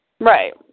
right